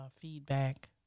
feedback